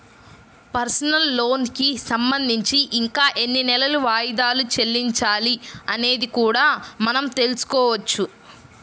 personal లోనుకి సంబంధించి ఇంకా ఎన్ని నెలలు వాయిదాలు చెల్లించాలి అనేది కూడా మనం తెల్సుకోవచ్చు